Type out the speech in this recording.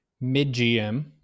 mid-GM